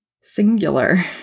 singular